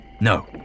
No